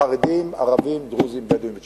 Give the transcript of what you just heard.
חרדים, ערבים, דרוזים, בדואים וצ'רקסים.